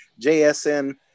JSN